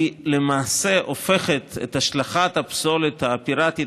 היא למעשה הופכת את השלכת הפסולת הפיראטית